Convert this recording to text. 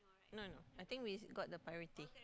no no I think we got the priority